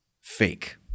fake